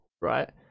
right